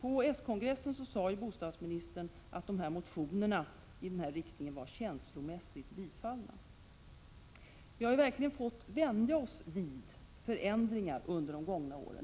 På s-kongressen sade bostadsministern att motionerna i den riktningen var känslomässigt bifallna. Vi har verkligen fått vänja oss vid förändringar under de gångna åren.